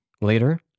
Later